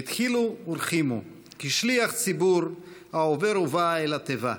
בדחילו ורחימו, כשליח ציבור העובר ובא אל התיבה.